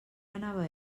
anava